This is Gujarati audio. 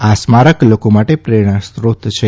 આ સ્મારક લોકો માટે પ્રેરણાસ્ત્રોત છે